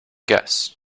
guess